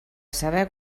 saber